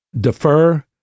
defer